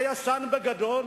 הישן בגדול,